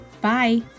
Bye